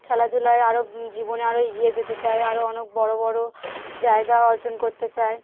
খেলাধূলায় আরও জীবনে আরও এগিয়ে যেতে চায় আরও অনেক বড় বড় জায়গা অর্জন করতে চায়